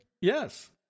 Yes